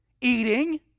Eating